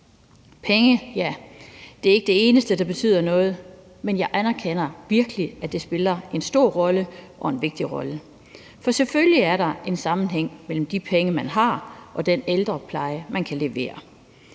Penge er ikke det eneste, der betyder noget, men jeg anerkender virkelig, at det spiller en stor rolle og en vigtig rolle. For selvfølgelig er der en sammenhæng mellem de penge, man har, og den ældrepleje, man kan levere.